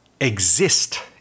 exist